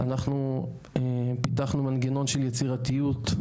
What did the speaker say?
אנחנו פיתחנו מנגנון של יצירתיות,